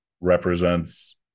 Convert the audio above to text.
represents